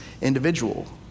individual